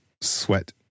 sweat